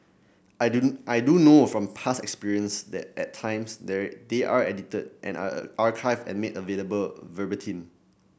I do I do know from past experience that at times they are they are edited and are a archived and made available verbatim